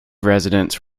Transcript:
residents